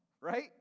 Right